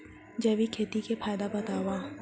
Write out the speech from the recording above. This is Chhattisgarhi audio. जैविक खेती के फायदा बतावा?